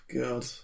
God